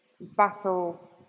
battle